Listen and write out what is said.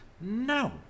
No